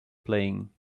playing